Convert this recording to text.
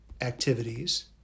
activities